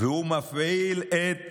והוא מפעיל את